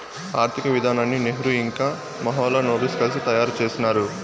ఆర్థిక విధానాన్ని నెహ్రూ ఇంకా మహాలనోబిస్ కలిసి తయారు చేసినారు